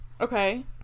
okay